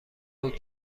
بود